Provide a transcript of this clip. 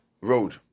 road